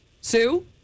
Sue